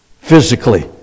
physically